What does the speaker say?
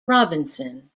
robinson